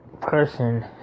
person